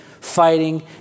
fighting